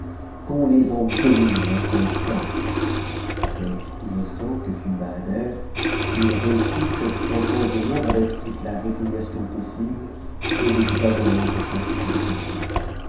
qu'on les en délivre et qu'on le pende il quelque innocent que fût bahader il reçut cette sentence de mort avec toute la résignation possible et ne dit pas un mot pour sa justification